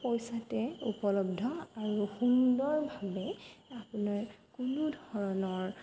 পইচাতে উপলব্ধ আৰু সুন্দৰভাৱে আপোনাৰ কোনো ধৰণৰ